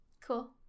Cool